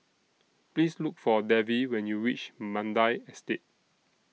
Please Look For Davy when YOU REACH Mandai Estate